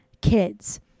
kids